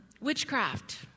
witchcraft